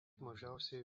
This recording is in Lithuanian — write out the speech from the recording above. mažiausiai